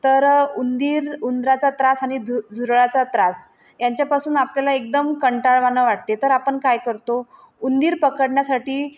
तर उंदीर उंदराचा त्रास आणि धु झुरळाचा त्रास यांच्यापासून आपल्याला एकदम कंटाळवाणं वाटते तर आपण काय करतो उंदीर पकडण्यासाठी